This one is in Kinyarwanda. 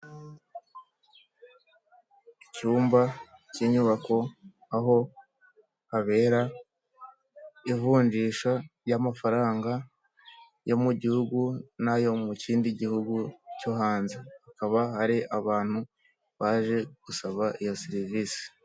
Icyumba cy'inyubako, aho habera ivunjisha ry'amafaranga yo mu gihugu n'ayo mu kindi gihugu cyo hanze. Hakaba hari abantu baje gusaba iyo serivisi.